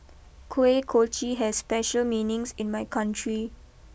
Kuih Kochi has special meanings in my country